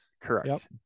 Correct